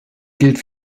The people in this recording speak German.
gilt